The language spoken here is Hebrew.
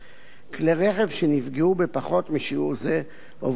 כלי רכב שנפגעו בפחות משיעור זה עוברים תיקון